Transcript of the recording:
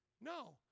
No